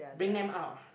bring them out